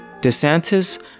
DeSantis